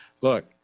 Look